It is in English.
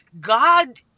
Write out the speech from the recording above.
God